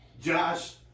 Josh